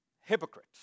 Hypocrite